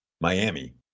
Miami